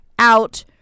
out